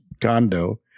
condo